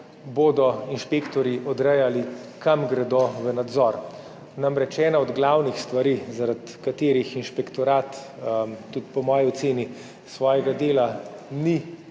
bodo inšpektorji odrejali, kam gredo v nadzor. Namreč ena od glavnih stvari, zaradi katerih inšpektorat tudi po moji oceni svojega dela ni